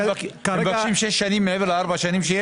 הם מבקשים שש שנים מעבר לארבע שנים?